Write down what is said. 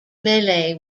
malay